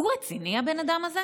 הוא רציני, הבן אדם הזה?